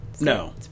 No